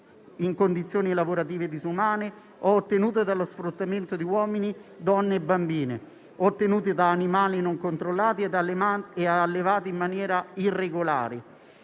in condizioni lavorative disumane oppure ottenuto dallo sfruttamento di uomini, donne e bambini o da animali non controllati e allevati in maniera irregolare.